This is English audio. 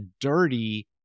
dirty